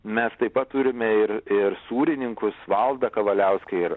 mes taip pat turime ir ir sūrininkus valdą kavaliauską ir